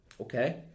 okay